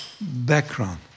background